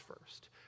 first